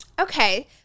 Okay